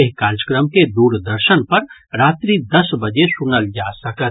एहि कार्यक्रम के दूरदर्शन पर रात्रि दस बजे सुनल जा सकत